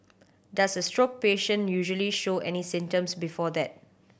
does a stroke patient usually show any symptoms before that